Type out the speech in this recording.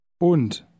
Und